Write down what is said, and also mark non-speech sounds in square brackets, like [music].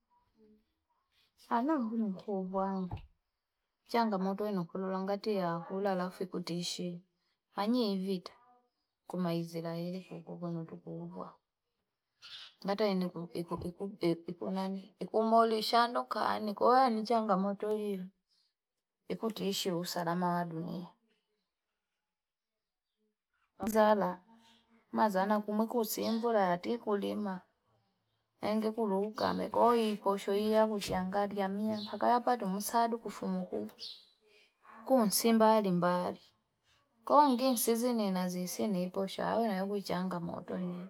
[noise] Anangu ni kubwa. [noise] Janga motoyi nukululangati ya hula lafi kutishi. Hanyi evita kuma izilahiri kukubwa nutukubwa. [noise] Ngata iniku, iniku, iniku nani? Ikumolishando kani kuhuani janga motoyi. Ikutishi usalama wa duni. [noise] Mzala, mzala kumiku simbula atiku lima. Henge kuluka, mekoe, iposho hiya kuchangadi ya miya. Fakaya patu msadu kufumuku. [noise] Kuu nsimbali mbali. Kwa mgini sisi ni nazisi ni iposho. Awe na yu kuchanga motoyi.